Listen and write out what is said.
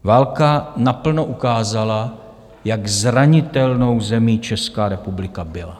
Válka naplno ukázala, jak zranitelnou zemí Česká republika byla.